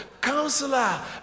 counselor